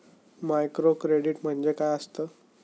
Microcredit म्हणजे काय असतं?